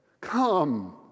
come